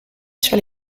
sur